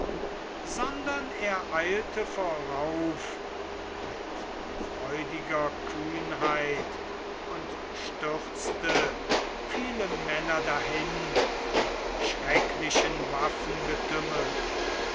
sondern er eilte vorauf mit freudiger kühnheit und stürzte viele männer dahin im schrecklichen